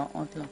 לא, עוד לא.